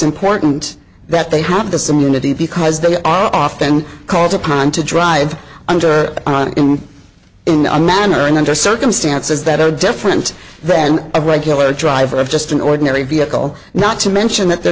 important that they have the same unity because they are often called upon to drive under on in a manner and under circumstances that are different than a regular driver of just an ordinary vehicle not to mention that they're